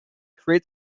create